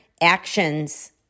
actions